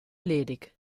ledig